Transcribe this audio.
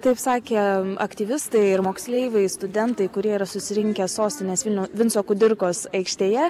taip sakė aktyvistai ir moksleiviai studentai kurie yra susirinkę sostinės vilniaus vinco kudirkos aikštėje